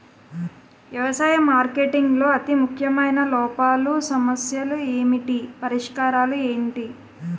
వ్యవసాయ మార్కెటింగ్ లో అతి ముఖ్యమైన లోపాలు సమస్యలు ఏమిటి పరిష్కారాలు ఏంటి?